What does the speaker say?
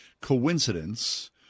coincidence